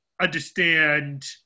understand